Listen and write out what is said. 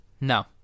No